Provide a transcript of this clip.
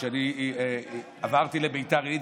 כשאני עברתי לביתר עילית,